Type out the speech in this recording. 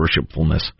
worshipfulness